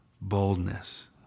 boldness